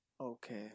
Okay